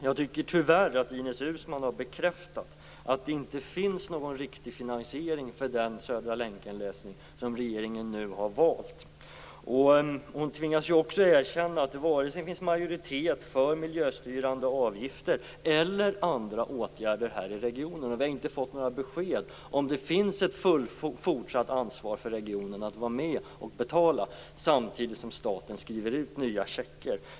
Jag tycker tyvärr att Ines Uusmann har bekräftat att det inte finns någon riktig finansiering för den Södra länken-lösning som regeringen nu har valt. Hon tvingas också erkänna att det inte finns majoritet för vare sig miljöstyrande avgifter eller andra åtgärder här i regionen. Vi har inte fått några besked om det finns ett fortsatt ansvar för regionen att vara med och betala, samtidigt som staten skriver ut nya checkar.